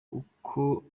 uko